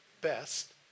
best